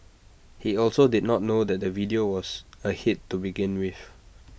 he also did not know that the video was A hit to begin with